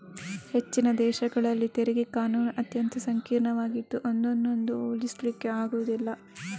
ಹೆಚ್ಚಿನ ದೇಶಗಳಲ್ಲಿನ ತೆರಿಗೆ ಕಾನೂನುಗಳು ಅತ್ಯಂತ ಸಂಕೀರ್ಣವಾಗಿದ್ದು ಒಂದನ್ನೊಂದು ಹೋಲಿಸ್ಲಿಕ್ಕೆ ಆಗುದಿಲ್ಲ